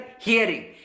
hearing